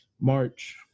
March